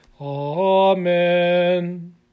Amen